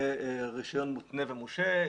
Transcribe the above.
רישיון מותנה ומורשה.